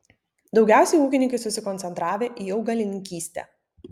daugiausiai ūkininkai susikoncentravę į augalininkystę